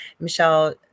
Michelle